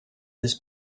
his